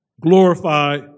glorify